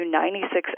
96